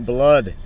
Blood